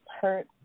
hurt